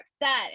upset